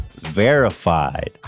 Verified